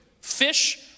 Fish